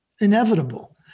inevitable